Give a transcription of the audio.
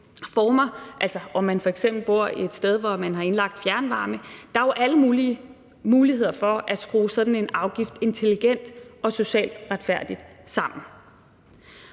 altså om man f.eks. bor et sted, hvor man har indlagt fjernvarme. Der er jo alle mulige muligheder for at skrue sådan en afgift intelligent og socialt retfærdigt sammen.